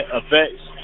affects